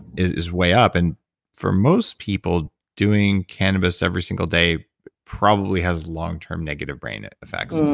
is is way up. and for most people, doing cannabis every single day probably has long-term negative brain effects.